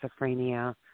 schizophrenia